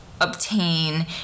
obtain